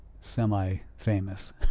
semi-famous